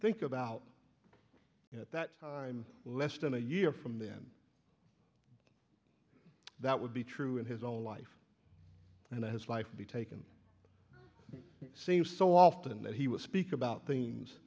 think about it at that time less than a year from then that would be true in his own life and his life be taken seems so often that he will speak about things